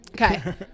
Okay